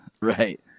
Right